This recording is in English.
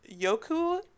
Yoku